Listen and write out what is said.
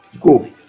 go